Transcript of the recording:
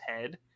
head